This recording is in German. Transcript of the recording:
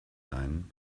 sein